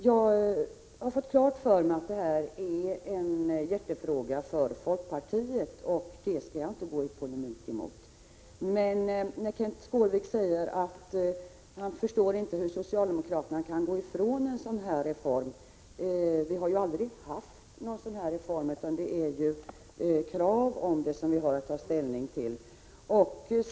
Jag har fått klart för mig att detta är en hjärtefråga för folkpartiet, och jag skall inte polemisera mot Kenth Skårvik på den punkten. Men eftersom Kenth Skårvik sade att han inte kan förstå hur socialdemokraterna kunde gå ifrån en sådan här reform vill jag säga att vi ju aldrig har haft något sådant stöd, utan det är krav på en reform som vi har haft att ta ställning till.